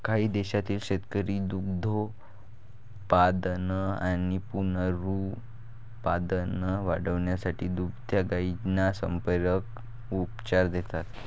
काही देशांतील शेतकरी दुग्धोत्पादन आणि पुनरुत्पादन वाढवण्यासाठी दुभत्या गायींना संप्रेरक उपचार देतात